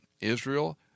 Israel